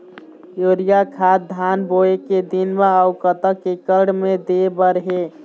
Urea खाद धान बोवे के दिन म अऊ कतक एकड़ मे दे बर हे?